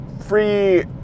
free